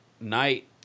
night